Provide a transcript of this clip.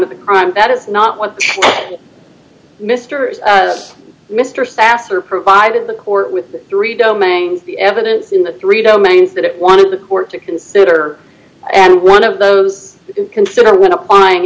of the crime that is not what mr mr safir provided the court with the three domains the evidence in the three domains that it one of the court to consider and one of those consider when applying